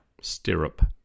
Stirrup